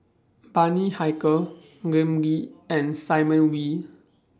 Bani Haykal Lim Lee and Simon Wee